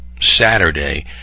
Saturday